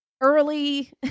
early